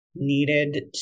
needed